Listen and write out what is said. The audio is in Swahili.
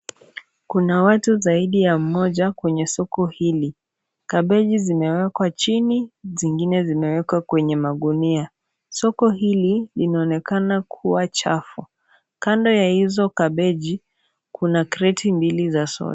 Kuna watu zaidi ya mmoja kwenye soko hili. Kabeji zimewekwa chini zingine kwenye magunia. Soko linaonekana kuwa chafu. Kando ya hizo mbili kuna kreti za soda.